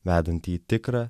vedanti į tikrą